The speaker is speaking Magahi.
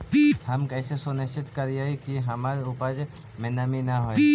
हम कैसे सुनिश्चित करिअई कि हमर उपज में नमी न होय?